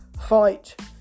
fight